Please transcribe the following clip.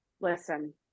listen